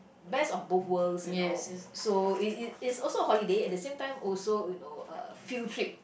best of both worlds you know so it it it's also a holiday at the same time also you know uh field trip